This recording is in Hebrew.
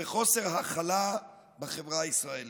וחוסר הכלה בחברה הישראלית,